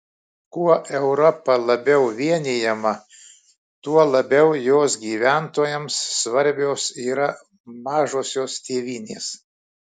kuo europa labiau vienijama tuo labiau jos gyventojams svarbios yra mažosios tėvynės